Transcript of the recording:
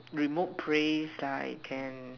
remote place like can